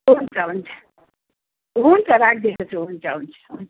हुन्छ हुन्छ हुन्छ राखिदिएको छु हुन्छ हुन्छ हुन्छ